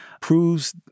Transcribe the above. proves